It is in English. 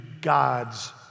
God's